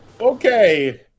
Okay